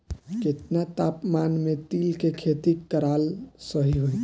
केतना तापमान मे तिल के खेती कराल सही रही?